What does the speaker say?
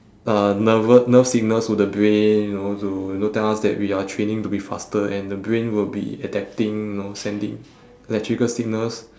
uh nervou~ nerve signals to the brain you know to you know tell us that we are training to be faster and the brain will be adapting you know sending electrical signals